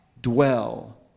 Dwell